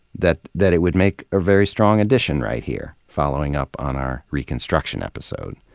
that that it would make a very strong addition right here, following up on our reconstruction episode.